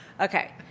Okay